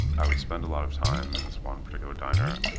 i would spend a lot of time in this one particular diner,